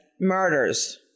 murders